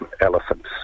elephants